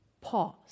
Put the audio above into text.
pause